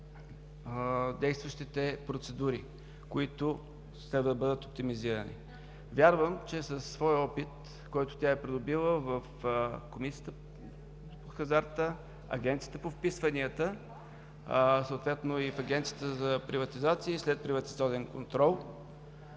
действащите процедури, които следва да бъдат оптимизирани. Вярвам, че със своя опит, който тя е придобила в Комисията по хазарта, Агенцията по вписванията, Агенцията за приватизация и следприватизационен контрол,